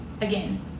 again